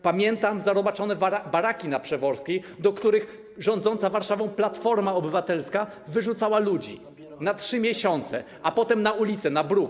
Pamiętam zarobaczone baraki na Przeworskiej, do których rządząca Warszawą Platforma Obywatelska wyrzucała ludzi na 3 miesiące, a potem wyrzucała na ulicę, na bruk.